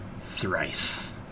Thrice